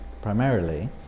primarily